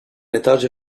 etage